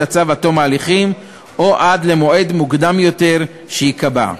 הצו עד תום ההליכים או עד למועד מוקדם יותר שיקבע.